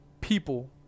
people